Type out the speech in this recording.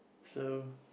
so